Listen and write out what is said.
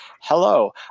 Hello